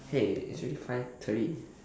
hey it's already five thirty